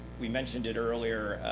we mentioned it earlier,